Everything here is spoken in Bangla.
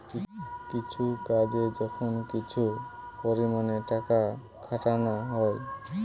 কিছু কাজে যখন কিছু পরিমাণে টাকা খাটানা হয়